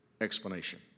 explanation